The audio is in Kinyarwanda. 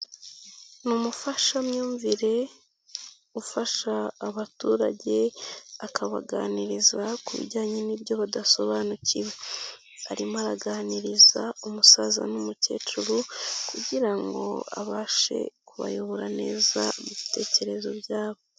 Ni umufashamyumvire ufasha abaturage, akabaganiriza ku bijyanye n'ibyo badasobanukiwe. Arimo araganiriza umusaza n'umukecuru, kugira ngo abashe kubayobora neza ibitekerezo byabo.